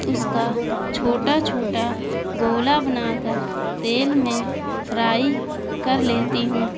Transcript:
اس کا چھوٹا چھوٹا گولا بنا کر تیل میں فرائی کر لیتی ہوں